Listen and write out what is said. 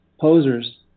posers